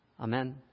Amen